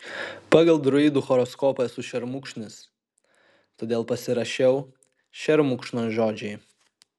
pagal druidų horoskopą esu šermukšnis todėl pasirašiau šermukšnio žodžiai